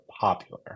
popular